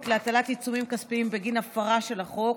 להטלת עיצומים כספיים בגין הפרה של החוק,